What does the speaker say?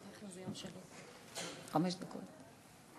חמש דקות.